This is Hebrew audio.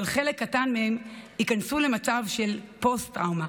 אבל חלק קטן מהם ייכנסו למצב של פוסט טראומה,